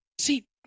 See